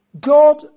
God